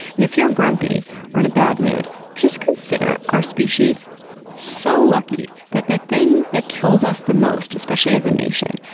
and if you're grumpy or in a bad mood just consider, our species is so lucky that the thing that kills us the most, especially as a nation,